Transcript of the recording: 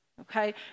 okay